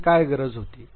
याची काय गरज होती